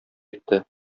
итте